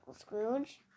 Scrooge